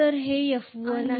तर हे F1 आहे हे F2 आहे